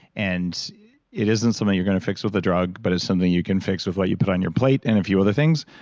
and it isn't something you're going to fix with a drug but it's something you can fix with what you put on your plate and a few other things.